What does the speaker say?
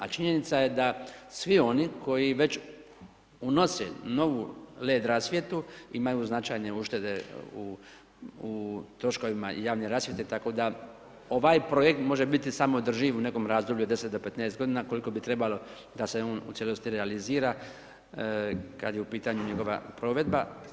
A činjenica je da svi oni koji već unose novu led rasvjetu imaju značajne uštede u troškovima javne rasvjete, tako da ovaj projekt može biti samo održiv u nekom razdoblju od 10 do 15 godina koliko bi trebalo da se on u cijelosti realizira kada je u pitanju njegova provedba.